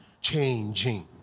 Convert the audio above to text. Changing